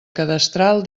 cadastral